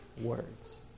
words